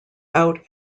out